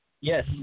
Yes